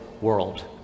world